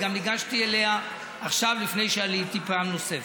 ניגשתי אליה עכשיו לפני שעליתי פעם נוספת,